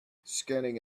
scanning